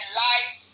life